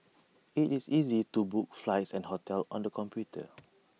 IT is easy to book flights and hotels on the computer